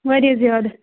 واریاہ زیادٕ